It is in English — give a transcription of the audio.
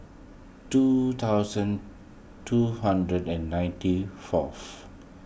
two thousand two hundred and ninety fourth